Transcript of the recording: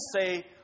say